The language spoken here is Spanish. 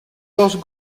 dos